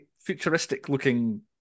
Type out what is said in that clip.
futuristic-looking